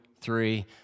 three